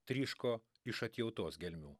tryško iš atjautos gelmių